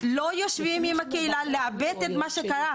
לא יושבים עם הקהילה בשביל לעבד את מה שקרה.